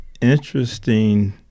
interesting